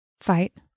fight